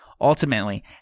Ultimately